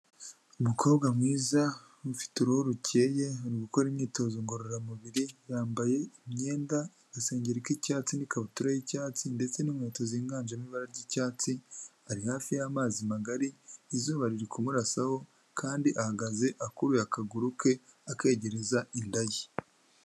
Umukobwa mwiza ufite uruhu rukeye ari ugukora imyitozo ngororamubiri yambaye imyenda agasengeri k'icyatsi n'ikabutura y'icyatsi ndetse n'inkweto ziganjemo ibara ry'icyatsi, ari hafi y'amazi magari izuba riri kumurasaho kandi ahagaze akuruye akaguru ke akegereza inda ye.